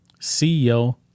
CEO